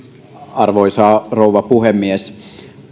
arvoisa rouva puhemies